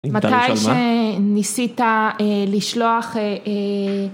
אם תהית על מה... מתי שניסית לשלוח...